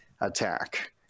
attack